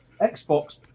Xbox